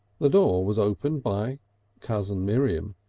the door was opened by cousin miriam.